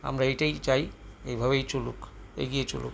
আমরা এটাই চাই এভাবেই চলুক এগিয়ে চলুক